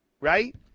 right